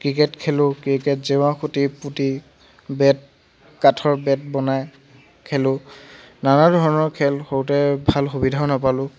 cricket খেলোঁ cricket জেওৰা খুটি পোতি বেট কাঠৰ বেট বনাই খেলোঁ নানা ধৰণৰ খেল সৰুতে ভাল সুবিধাও নাপালোঁ